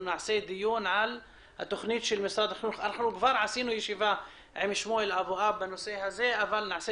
עשינו כבר ישיבה עם שמואל אבואב ונעשה